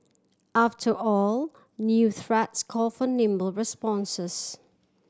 after all new threats call for nimble responses